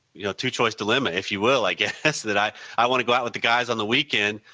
you know, two choice to limit, if you will, i guess, that i i want to go out with the guys on the weekend,